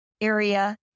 area